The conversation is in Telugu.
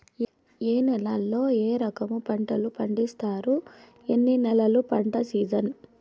ఏ నేలల్లో ఏ రకము పంటలు పండిస్తారు, ఎన్ని నెలలు పంట సిజన్?